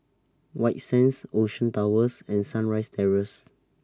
White Sands Ocean Towers and Sunrise Terrace